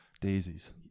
daisies